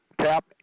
tap